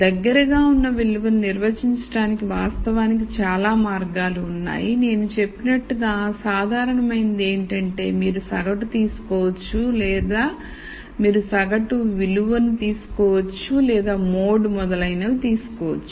దగ్గరగా ఉన్న విలువను నిర్వచించటానికి వాస్తవానికి చాలా మార్గాలు ఉన్నాయి నేను చెప్పినట్టుగా సాధారణమైంది ఏంటంటే మీరు సగటు తీసుకోవచ్చు లేదా మీరు తీసుకోగల సగటు విలువను తీసుకోవచ్చు మోడ్ మొదలైనవి తీసుకోవచ్చు